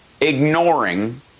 ignoring